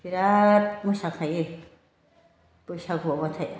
बिराद मोसाखायो बैसागुआवबाथाय